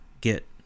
get